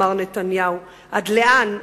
מר נתניהו" עד לאן?